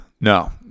no